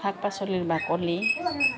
শাক পাচলিৰ বাকলি